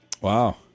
Wow